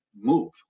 move